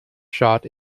shot